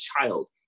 child